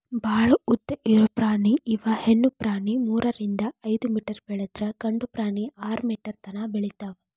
ಭಾಳ ಉದ್ದ ಇರು ಪ್ರಾಣಿ ಇವ ಹೆಣ್ಣು ಪ್ರಾಣಿ ಮೂರರಿಂದ ಐದ ಮೇಟರ್ ಬೆಳದ್ರ ಗಂಡು ಪ್ರಾಣಿ ಆರ ಮೇಟರ್ ತನಾ ಬೆಳಿತಾವ